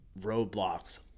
roadblocks